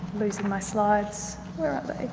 losing my slides. there